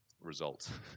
results